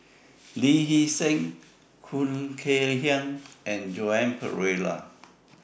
Lee Hee Seng Khoo Kay Hian and Joan Pereira